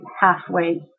halfway